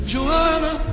Joanna